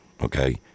okay